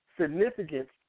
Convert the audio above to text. significance